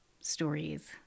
stories